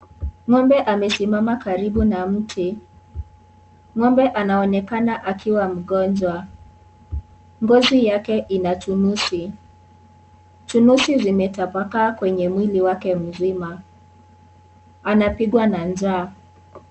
Ng'ombe amesimama karibu na mti. Ng'ombe anaonekana akiwa mgonjwa. Ngozi yake ina chunusi. Chunusi zimetaoakaa kwenye mwili wake mzima. Anapiga na njaa.